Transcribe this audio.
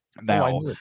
now